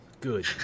Good